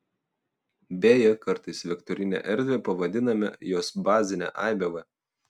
beje kartais vektorine erdve pavadiname jos bazinę aibę v